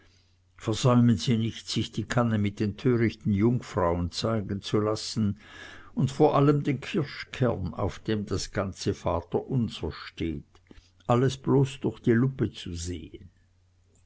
versäumen sie nicht sich die kanne mit den törichten jungfrauen zeigen zu lassen und vor allem den kirschkern auf dem das ganze vaterunser steht alles bloß durch die lupe zu sehen